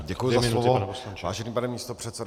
Děkuji za slovo, vážený pane místopředsedo.